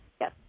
Yes